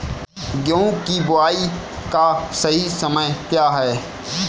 गेहूँ की बुआई का सही समय क्या है?